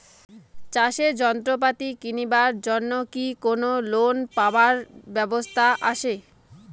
চাষের যন্ত্রপাতি কিনিবার জন্য কি কোনো লোন পাবার ব্যবস্থা আসে?